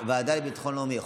לביטחון לאומי.